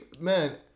man